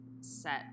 set